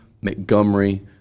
Montgomery